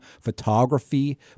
photography